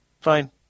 Fine